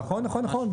נכון, נכון, נכון.